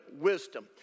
wisdom